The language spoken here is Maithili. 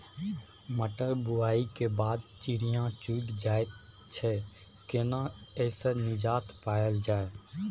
मटर बुआई के बाद चिड़िया चुइग जाय छियै केना ऐसे निजात पायल जाय?